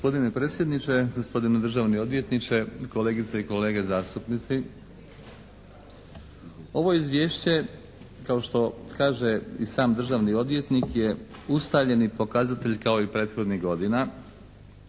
Gospodine predsjedniče, gospodine državni odvjetniče, kolegice i kolege zastupnici. Ovo Izvješće kao što kaže i sam državni odvjetnik je ustaljeni pokazatelj kao i prethodnih godina